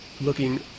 looking